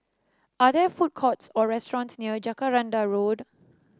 are there food courts or restaurants near Jacaranda Road